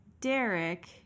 derek